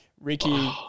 Ricky